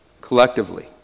collectively